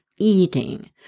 Eating